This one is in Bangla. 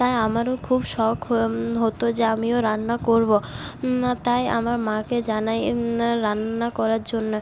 তাই আমারও খুব শখ হতো যে আমিও রান্না করব তাই আমার মাকে জানাই রান্না করার জন্য